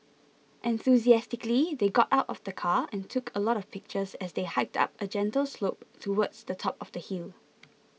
enthusiastically they got out of the car and took a lot of pictures as they hiked up a gentle slope towards the top of the hill